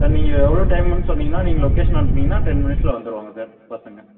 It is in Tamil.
சார் நீங்கள் எவ்வளோ டைமுன்னு சொன்னீங்கன்னா நீங்கள் லொக்கேஷன் அனுப்புனீங்கன்னா டென் மினிட்ஸில் வந்துருவாங்க சார் பசங்க